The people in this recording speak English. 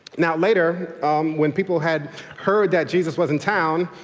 now later when people had heard that jesus was in town,